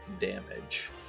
damage